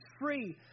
free